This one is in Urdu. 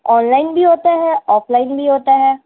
آن لائن بھی ہوتا ہے آف لائن بھی ہوتا ہے